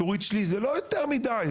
תוריד שליש זה לא יותר מדי,